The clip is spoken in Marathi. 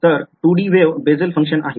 तर 2 डी वेव्ह बेसल फंक्शन आहे